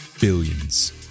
billions